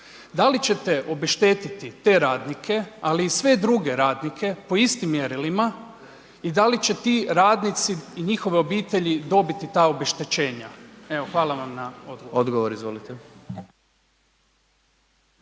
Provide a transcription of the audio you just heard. Da li ćete obeštetiti te radnike, ali i sve druge radnike po istim mjerilima i da li će ti radnici i njihove obitelji dobiti ta obeštećenja. Evo hvala vam na odgovoru.